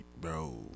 bro